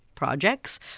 projects